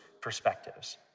perspectives